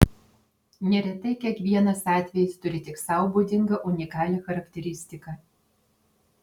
neretai kiekvienas atvejis turi tik sau būdingą unikalią charakteristiką